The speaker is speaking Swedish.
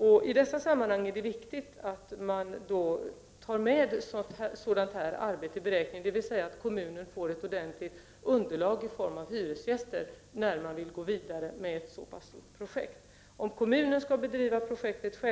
När man vill gå vidare med ett så pass stort projekt, är det viktigt att ta med i beräkningen att kommunen får ett ordentligt underlag i form av hyresgäster. Om kommunen skall bedriva projektet